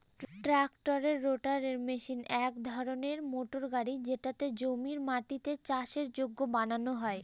ট্রাক্টরের rotavator machine এক ধরনের মোটর গাড়ি যেটাতে জমির মাটিকে চাষের যোগ্য বানানো হয়